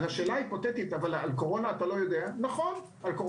על קורונה אני לא יודע,